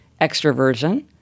extroversion